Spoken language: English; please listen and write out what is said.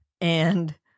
and-